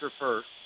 first